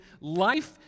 life